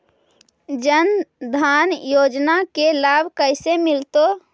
जन धान योजना के लाभ कैसे मिलतै?